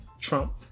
Trump